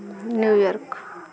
New York